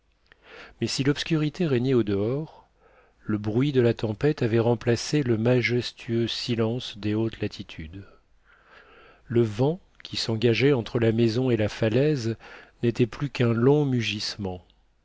mais si l'obscurité régnait au-dehors le bruit de la tempête avait remplacé le majestueux silence des hautes latitudes le vent qui s'engageait entre la maison et la falaise n'était plus qu'un long mugissement